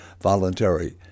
voluntary